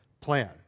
plan